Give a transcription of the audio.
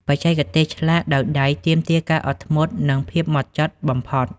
បច្ចេកទេសឆ្លាក់ដោយដៃទាមទារការអត់ធ្មត់ និងភាពហ្មត់ចត់បំផុត។